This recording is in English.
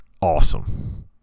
awesome